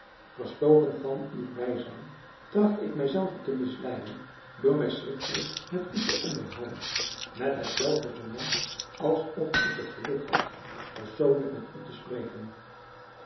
verstoken van uw bijzijn tracht ik mij zelve te misleiden door mij schriftelijk met u te onderhouden met hetzelfde vermaak alsof ik het geluk had persoonlijk met u te spreken